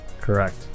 Correct